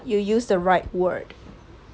you used the right word